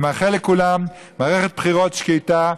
אני מאחל לכולם מערכת בחירות שקטה,